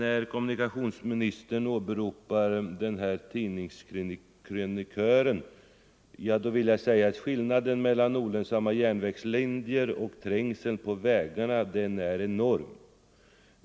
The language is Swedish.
Då kommunikationsministern åberopar den tidigare nämnda tidningskrönikören vill jag säga att skillnaden mellan olönsamma järnvägslinjer och trängseln på vägarna är enorm.